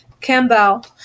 Campbell